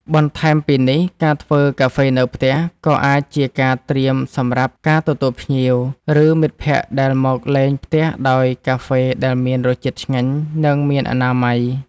បន្ថែមពីនេះ ការធ្វើកាហ្វេនៅផ្ទះ ក៏អាចជាការត្រៀមសម្រាប់ការទទួលភ្ញៀវ ឬមិត្តភក្តិដែលមកលេងផ្ទះដោយកាហ្វេដែលមានរសជាតិឆ្ងាញ់ និងមានអនាម័យ។